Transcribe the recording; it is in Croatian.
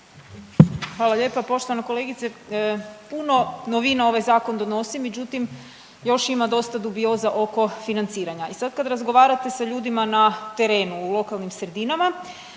Hvala lijepa. Poštovana kolegice puno novina ovaj zakon donosi, međutim još ima dosta dubioza oko financiranja. I sad kad razgovarate sa ljudima na terenu u lokalnim sredinama,